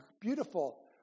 beautiful